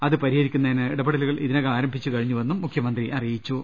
അത് പരിഹരിക്കുന്നതിന് ഇടപെടലുകൾ ഇതിനകം ആരം ഭിച്ചു കഴിഞ്ഞുവെന്നും മുഖ്യമന്ത്രി അറിയിച്ചു